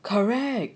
correct